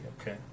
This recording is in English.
Okay